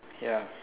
ya